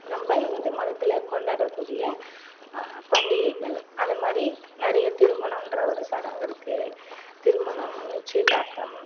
நம்ப இந்து மதத்தில் கொண்டாடக்கூடிய பண்டிகைகள் அதை மாதிரி நிறைய திருமணம்ங்கிற ஒரு சடங்கு இருக்குது திருமணம் நிச்சயதார்த்தம்